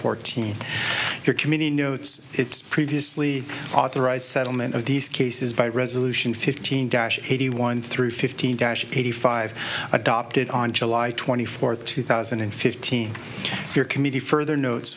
fourteen your committee notes its previously authorized settlement of these cases by resolution fifteen dash eighty one through fifteen gushy eighty five adopted on july twenty fourth two thousand and fifteen your committee further notes